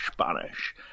Spanish